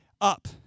up